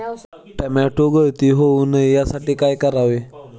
Tomato गळती होऊ नये यासाठी काय करावे?